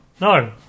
no